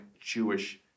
Jewish